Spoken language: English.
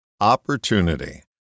opportunity